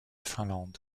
finlande